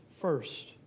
first